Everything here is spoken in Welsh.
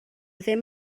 ddim